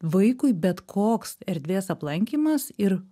vaikui bet koks erdvės aplankymas ir